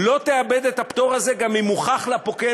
לא תאבד את הפטור הזה גם אם הוכח לפוקד,